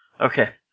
Okay